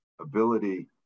ability